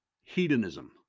hedonism